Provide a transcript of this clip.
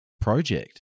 project